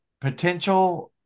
potential –